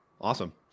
awesome